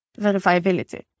verifiability